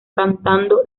cantando